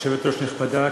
יושבת-ראש נכבדה,